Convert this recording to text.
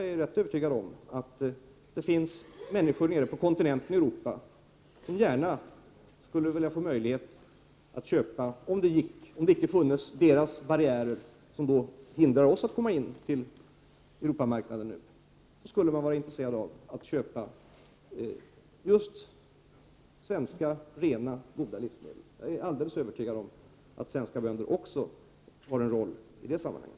Det finns säkert människor nere på den europeiska kontinenten som gärna skulle vilja köpa svenska rena, goda livsmedel, om inte deras länder hade haft de barriärer som nu hindrar oss från att komma in på Europamarknaden. Jag är alldeles övertygad om att svenska bönder också har en roll i det sammanhanget.